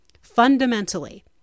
Fundamentally